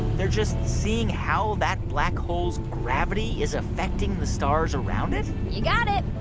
they're just seeing how that black hole's gravity is affecting the stars around it? you got it.